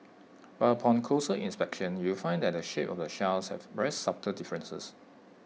but upon closer inspection you will find that the shape of the shells have very subtle differences